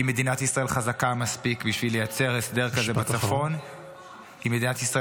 אם מדינת ישראל מספיק בשביל לייצר הסדר כזה בצפון -- משפט אחרון.